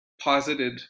posited